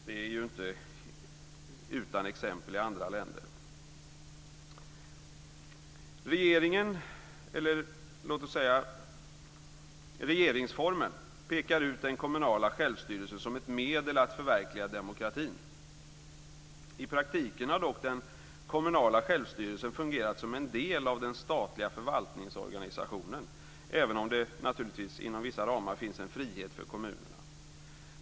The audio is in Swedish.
Det är ju inte utan exempel i andra länder. I regeringsformen pekas den kommunala självstyrelsen ut som ett medel att förverkliga demokratin. I praktiken har dock den kommunala självstyrelsen fungerat som en del av den statliga förvaltningsorganisationen, även om det naturligtvis inom vissa ramar finns en frihet för kommunerna.